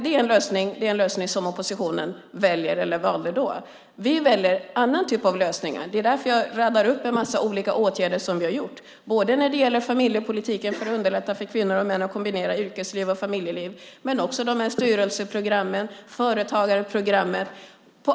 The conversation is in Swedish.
Det var den lösning som oppositionen valde då. Vi har valt andra typer av lösningar. Det är därför jag räknar upp en massa olika åtgärder som vi har gjort. Familjepolitiskt har vi underlättat för kvinnor och män att kombinera yrkesliv och familjeliv. Vi har styrelseprogrammen och företagarprogrammen.